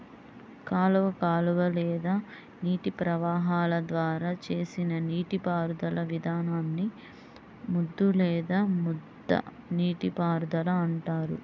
కాలువ కాలువ లేదా నీటి ప్రవాహాల ద్వారా చేసిన నీటిపారుదల విధానాన్ని ముద్దు లేదా ముద్ద నీటిపారుదల అంటారు